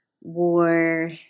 war